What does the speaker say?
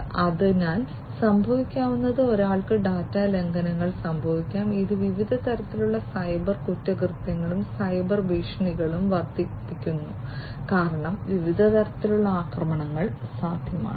അതിനാൽ സംഭവിക്കാവുന്നത് ഒരാൾക്ക് ഡാറ്റാ ലംഘനങ്ങൾ സംഭവിക്കാം ഇത് വിവിധ തരത്തിലുള്ള സൈബർ കുറ്റകൃത്യങ്ങളും സൈബർ ഭീഷണികളും വർദ്ധിപ്പിക്കുന്നു കാരണം വിവിധ തരത്തിലുള്ള ആക്രമണങ്ങൾ സാധ്യമാണ്